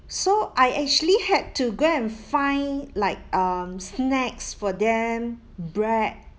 so I actually had to go and find like um snacks for them bread